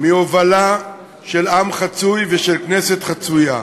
מהובלה של עם חצוי ושל כנסת חצויה.